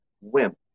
wimp